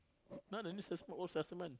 not the new testament old testament